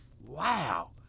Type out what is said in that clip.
Wow